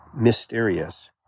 mysterious